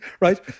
right